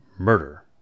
murder